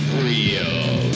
real